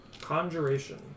Conjuration